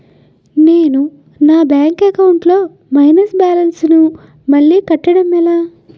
నేను నా bank account లొ మైనస్ బాలన్స్ ను మళ్ళీ కట్టడం ఎలా?